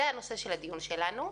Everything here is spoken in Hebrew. זה נושא הדיון שלנו.